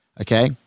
Okay